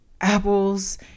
apples